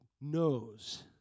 knows